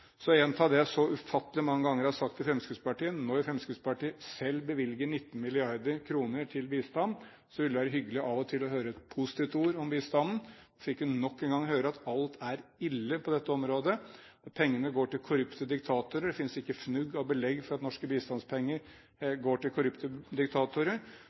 Så vil jeg gjenta det jeg så ufattelig mange ganger har sagt til Fremskrittspartiet: Når Fremskrittspartiet selv bevilger 19 mrd. kr til bistand, ville det være hyggelig av og til å høre et positivt ord om bistanden. Nå fikk vi nok en gang høre at alt er ille på dette området, og at pengene går til korrupte diktatorer. Det finnes ikke fnugg av belegg for at norske bistandspenger går til korrupte diktatorer.